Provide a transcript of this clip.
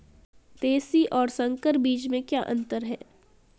देशी और संकर बीज में क्या अंतर है?